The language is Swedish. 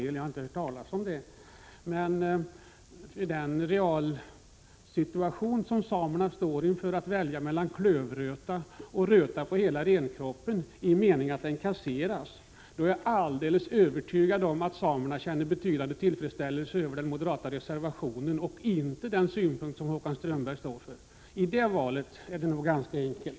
Men jag är alldeles övertygad om att samerna i den situation som de befinner sig i — de har så att säga att välja mellan klövröta och röta på hela renkroppen i den meningen att den måste kasseras — känner betydande tillfredsställelse över den moderata reservationen och inte delar den uppfattning som Håkan Strömberg framförde. Det valet är nog ganska enkelt.